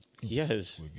Yes